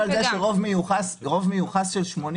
רוב מיוחס של 80